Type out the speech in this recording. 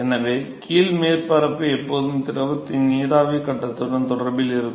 எனவே கீழ் மேற்பரப்பு எப்போதும் திரவத்தின் நீராவி கட்டத்துடன் தொடர்பில் இருக்கும்